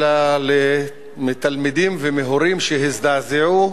אלא מתלמידים ומהורים שהזדעזעו